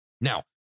Now